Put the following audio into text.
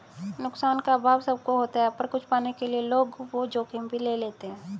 नुकसान का अभाव सब को होता पर कुछ पाने के लिए लोग वो जोखिम भी ले लेते है